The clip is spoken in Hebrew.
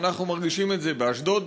אנחנו מרגישים את זה באשדוד,